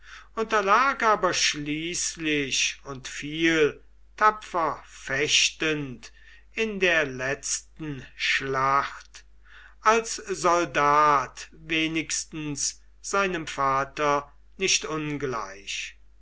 unterlag aber schließlich und fiel tapfer fechtend in der letzten schlacht als soldat wenigstens seinem vater nicht ungleich